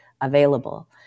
available